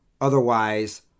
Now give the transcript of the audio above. Otherwise